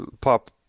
pop